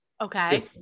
Okay